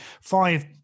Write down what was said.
five